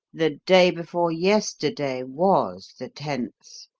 the day before yesterday was the tenth.